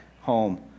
home